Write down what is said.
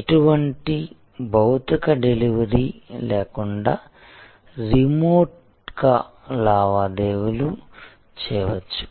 ఎటువంటి భౌతిక డెలివరీ లేకుండా రిమోట్గా లావాదేవీలు చేయవచ్చు